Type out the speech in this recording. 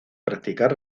practicar